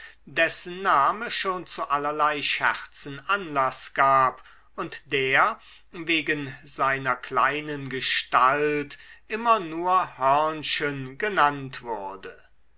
dessen name schon zu allerlei scherzen anlaß gab und der wegen seiner kleinen gestalt immer nur hörnchen genannt wurde